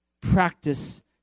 Practice